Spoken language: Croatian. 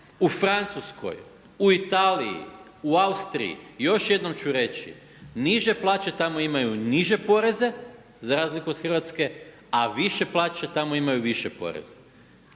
u Francuskoj, u Italiji, u Austriji. I još jednom ću reći, niže plaće tamo imaju niže poreze za razliku od Hrvatske a više plaće tamo imaju više poreze.